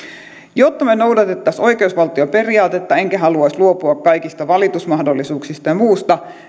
jotta me noudattaisimme oikeusvaltioperiaatetta enkä haluaisi luopua kaikista valitusmahdollisuuksista ja muusta